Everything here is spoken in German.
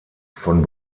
von